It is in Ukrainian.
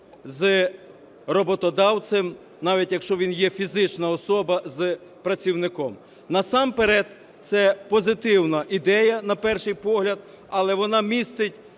з роботодавцем, навіть якщо він є фізична особа, з працівником. Насамперед це позитивна ідея на перший погляд, але вона містить